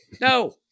No